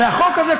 והחוק הזה,